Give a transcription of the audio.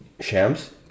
shams